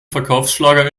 verkaufsschlager